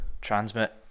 Transmit